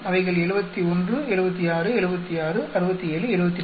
அவைகள் 71 76 76 67 74